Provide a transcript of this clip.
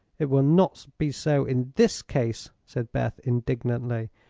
it will not be so in this case, said beth, indignantly.